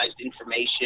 information